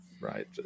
right